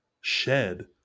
shed